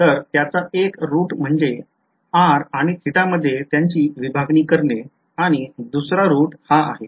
तर त्याचा एक root म्हणजे r आणि θ मधे त्यांची विभागणी करणे आणि दुसरा root हा आहे